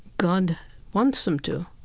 god wants them to.